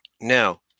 Now